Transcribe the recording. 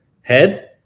head